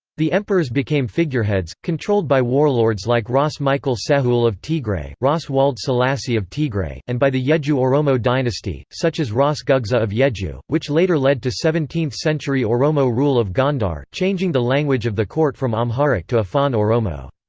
the emperors became figureheads, controlled by warlords like ras mikael sehul of tigray, ras wolde selassie of tigray, and by the yejju oromo dynasty, such as ras gugsa of yejju, which later led to seventeenth century oromo rule of gondar, changing the language of the court from amharic to afaan oromo.